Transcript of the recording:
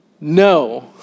No